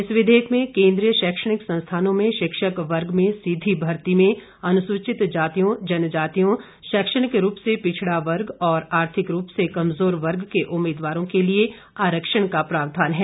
इस विधेयक में केंद्रीय शैक्षणिक संस्थानों में शिक्षक वर्ग में सीधी भर्ती में अनुसूचित जातियों जनजातियों शैक्षणिक रूप से पिछड़ा वर्ग और आर्थिक रूप से कमजोर वर्ग के उम्मीदवारों के लिए आरक्षण का प्रावधान है